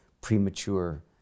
premature